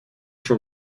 from